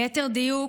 ליתר דיוק,